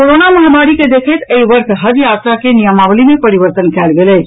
corona महामारी के देखैत एहि वर्ष हज यात्रा के नियमावली मे परिवर्तन कयल गेल अछि